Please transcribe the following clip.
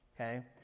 okay